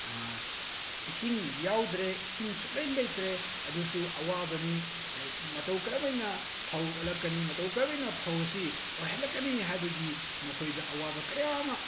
ꯏꯁꯤꯡ ꯌꯥꯎꯗ꯭ꯔꯦ ꯏꯁꯤꯡ ꯁꯨꯛꯂꯩ ꯂꯩꯇ꯭ꯔꯦ ꯑꯗꯨꯁꯨ ꯑꯋꯥꯕꯅꯤ ꯃꯇꯪ ꯀꯔꯝ ꯍꯥꯏꯅ ꯐꯧ ꯑꯣꯏꯂꯛꯀꯅꯤ ꯃꯇꯧ ꯃꯔꯝ ꯍꯥꯏꯅ ꯐꯧ ꯑꯁꯤ ꯑꯣꯏꯍꯜꯂꯛꯀꯅꯤ ꯍꯥꯏꯕꯒꯤ ꯃꯈꯣꯏꯗ ꯑꯋꯥꯕ ꯀꯌꯥ ꯑꯃ